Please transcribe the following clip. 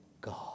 God